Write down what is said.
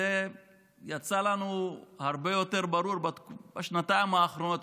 זה יצא לנו הרבה יותר ברור בשנתיים האחרונות,